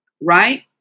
Right